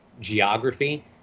geography